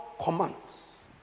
commands